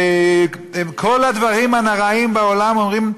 את כל הדברים הנוראיים בעולם אומרים,